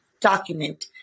document